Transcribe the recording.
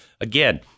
Again